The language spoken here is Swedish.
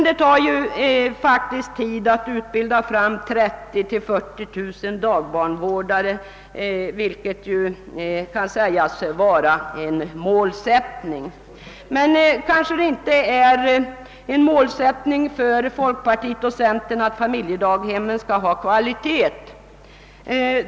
Det tar dock faktiskt tid att utbilda de 30 000—-40 000 dagbarnsvårdare som kan anses vara en målsättning. Kanske är det emellertid inte en målsättning för folkpartiet och centerpartiet att familjedaghemmen skall ha kvalitet.